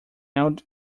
adult